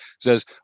says